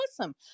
awesome